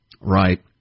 Right